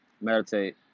meditate